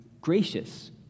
gracious